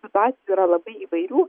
situacijų yra labai įvairių